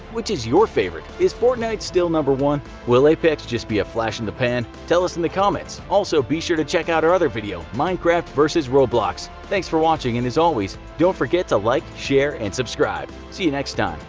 which is your favorite? is fortnite still number one? will apex just be a flash in the pan? tell us in the comments. also, be sure to check out our other video minecraft vs roblox. thanks for watching, and as always, don't forget to like, share and subscribe. see you next time.